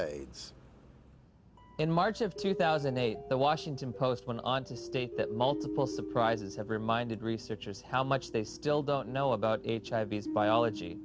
aids in march of two thousand and eight the washington post went on to state that multiple surprises have reminded researchers how much they still don't know about hiv biology